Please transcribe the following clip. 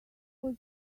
was